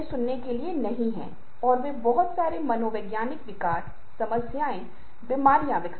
इसलिए आसन के हावभाव से शुरू होकर स्पर्श व्यवहार तक यहाँ हर उस सामाजिक अनुष्ठान का पालन किया जाता है और हमें उनके बारे में जागरूक होना चाहिए